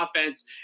offense